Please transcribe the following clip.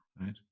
right